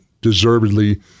deservedly